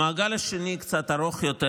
המעגל השני קצת ארוך יותר,